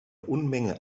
unmenge